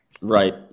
Right